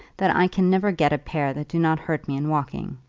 that i can never get a pair that do not hurt me in walking.